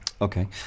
Okay